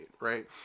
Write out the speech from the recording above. right